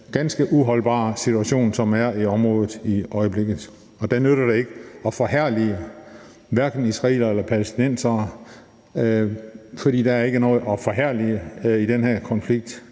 ganske uholdbare situation, som der er i området i øjeblikket. Der nytter det ikke at forherlige hverken israelere eller palæstinensere, for der er ikke noget at forherlige i den her konflikt.